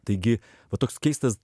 taigi va toks keistas